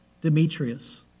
Demetrius